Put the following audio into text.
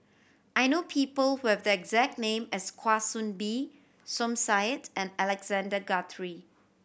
I know people who have the exact name as Kwa Soon Bee Som Said and Alexander Guthrie